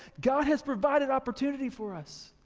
god has provided opportunity for us.